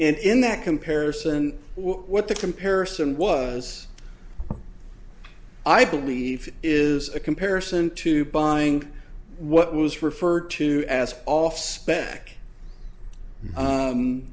and in that comparison what the comparison was i believe is a comparison to buying what was referred to as off spec